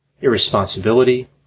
irresponsibility